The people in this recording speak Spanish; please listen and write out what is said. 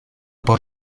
por